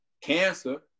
cancer